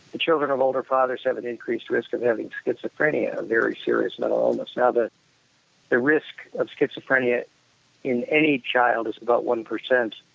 the children of older fathers have an increased risk of having schizophrenia, a very serious mental illness. now, the the risk of schizophrenia in any child is about one percent.